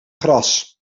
gras